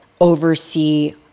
oversee